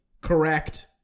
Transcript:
Correct